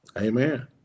Amen